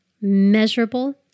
measurable